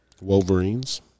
wolverines